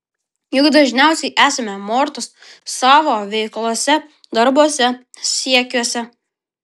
juk dažniausiai esame mortos savo veiklose darbuose siekiuose